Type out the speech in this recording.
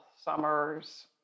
summers